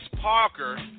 Parker